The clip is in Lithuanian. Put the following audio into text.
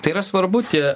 tai yra svarbu tie